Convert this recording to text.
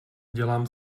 dělám